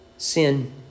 Sin